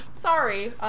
sorry